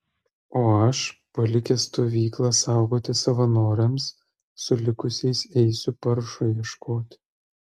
o aš palikęs stovyklą saugoti savanoriams su likusiais eisiu paršo ieškoti